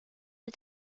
des